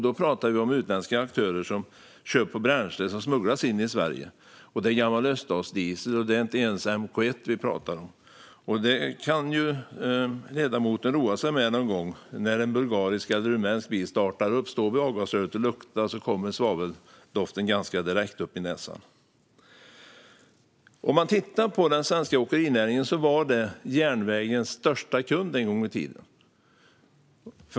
Då talar vi om utländska aktörer som kör på bränsle som smugglas in i Sverige. Det är gammal öststatsdiesel. Det är inte ens MK1 som vi talar om. Ledamoten kan någon gång roa sig med att stå vid avgasröret och lukta när en bulgarisk eller rumänsk bil startar. Svaveldoften kommer ganska direkt upp i näsan. Den svenska åkerinäringen var en gång i tiden järnvägens största kund.